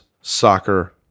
soccer